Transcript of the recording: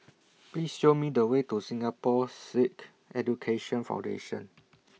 Please Show Me The Way to Singapore Sikh Education Foundation